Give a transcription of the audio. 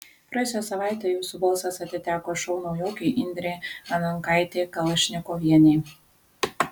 praėjusią savaitę jūsų balsas atiteko šou naujokei indrei anankaitei kalašnikovienei